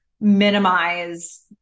minimize